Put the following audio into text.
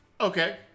Okay